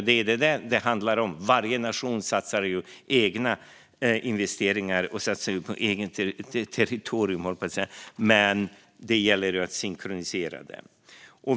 Det är detta det handlar om: Varje nation satsar på egna investeringar på sitt eget territorium, men det gäller att synkronisera det.